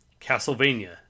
Castlevania